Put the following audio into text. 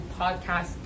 podcast